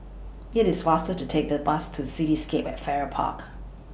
IT IS faster to Take The Bus to Cityscape At Farrer Park